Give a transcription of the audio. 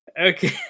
Okay